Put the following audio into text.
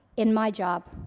in my job,